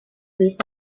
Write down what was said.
miss